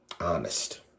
honest